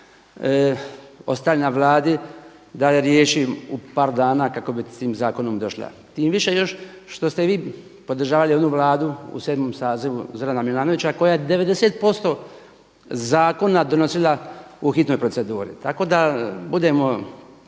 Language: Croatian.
ostavljena Vladi da je riješi u par dana kako bi s tim zakonom došla. Tim više još što ste vi podržavali ovu Vladu u 7. sazivu Zorana Milanovića koja je 90% zakona donosila u hitnoj proceduri. Tako da budemo